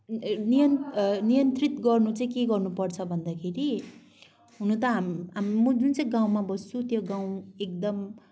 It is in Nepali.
ए नियन नियन्त्रित गर्नु चाहिँ के गर्नुपर्छ भन्दाखेरि हुन त हाम हाम म जुन चाहिँ गाउँमा बस्छु त्यो गाउँ एकदम